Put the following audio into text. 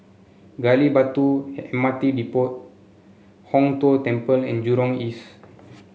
Gali Batu M R T Depot Hong Tho Temple and Jurong East